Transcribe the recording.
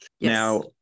Now